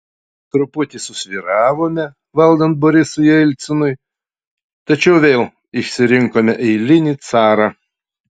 truputį susvyravome valdant borisui jelcinui tačiau vėl išsirinkome eilinį carą